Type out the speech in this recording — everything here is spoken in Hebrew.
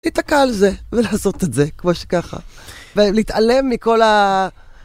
להתקע על זה, ולעשות את זה, כמו שככה... ולהתעלם מכל ה...